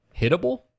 Hittable